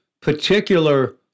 particular